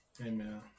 Amen